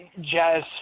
jazz